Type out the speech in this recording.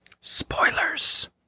Spoilers